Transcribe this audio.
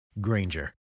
Granger